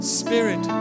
spirit